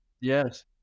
Yes